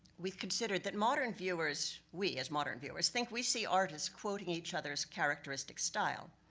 we considered that modern viewers we, as modern viewers think we see artists quoting each other's characteristic style.